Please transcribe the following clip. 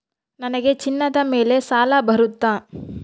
ನನಗೆ ಚಿನ್ನದ ಮೇಲೆ ಸಾಲ ಬರುತ್ತಾ?